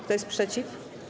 Kto jest przeciw?